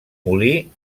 molí